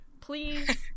Please